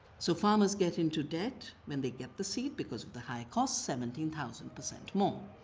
so farmers get into debt when they get the seed because of the high cost, seventeen thousand percent more.